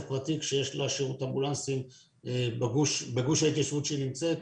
פרטי כשיש לה שירות אמבולנסים בגוש ההתיישבות שהיא נמצאת.